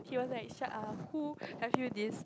he was like shark [ah]who have you this